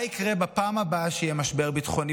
מה יקרה בפעם הבאה שיהיה משבר ביטחוני?